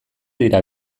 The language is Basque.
dira